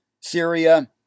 Syria